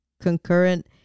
concurrent